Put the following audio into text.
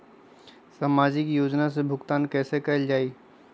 सामाजिक योजना से भुगतान कैसे कयल जाई?